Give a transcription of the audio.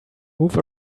move